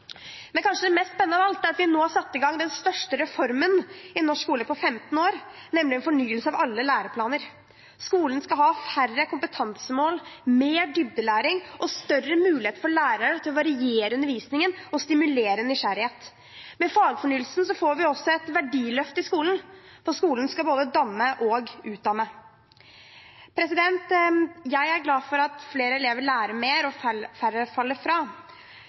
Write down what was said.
Men det kanskje mest spennende av alt, er at vi nå har satt i gang den største reformen i norsk skole på 15 år, nemlig en fornyelse av alle læreplaner. Skolen skal ha færre kompetansemål, mer dybdelæring og større mulighet for lærerne til å variere undervisningen og stimulere til nysgjerrighet. Med fagfornyelsen får vi også et verdiløft i skolen, for skolen skal både danne og utdanne. Jeg er glad for at flere elever lærer mer og færre faller fra,